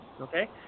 Okay